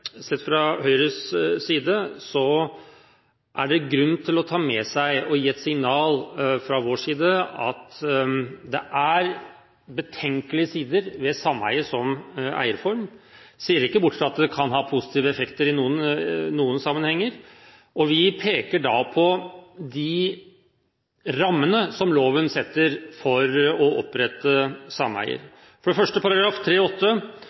Sett fra Høyres side er det grunn til å ta med seg og gi et signal fra vår side om at det er betenkelige sider ved sameie som eierform, selv om vi ikke ser bort fra at det kan ha positive effekter i noen sammenhenger. Vi peker på de rammene som loven setter for å opprette